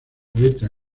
poeta